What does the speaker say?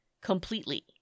completely